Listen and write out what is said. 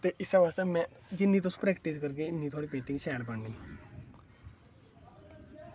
ते इस्सै बास्तै तुस जिन्नी शैल पेंटिंग करगे उन्नी शैल पेंटिंग होनी ऐ